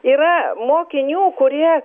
yra mokinių kurie